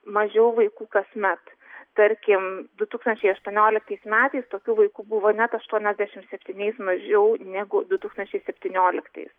mažiau vaikų kasmet tarkim du tūkstančiai aštuonioliktais metais tokių vaikų buvo net aštuoniasdešim septyniais mažiau negu du tūkstančiai septynioliktais